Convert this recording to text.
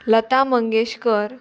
Lata Mangeshkar